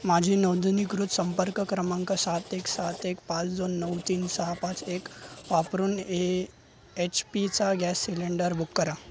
माझी नोंदणीकृत संपर्क क्रमांक सात एक सात एक पाच दोन नऊ तीन सहा पाच एक वापरून ए एच पीचा गॅस सिलेंडर बुक करा